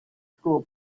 school